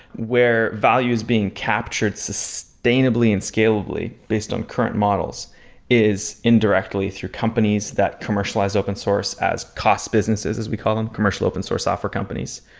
where value is being captured sustainably and scalably based on current models is indirectly through companies that commercialize open source as cost businesses as we call them, commercial open source software companies,